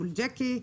מול ג'קי,